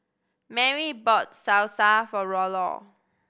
Merri bought Salsa for Rollo